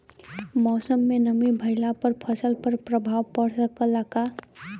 मौसम में नमी भइला पर फसल पर प्रभाव पड़ सकेला का?